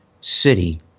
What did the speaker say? city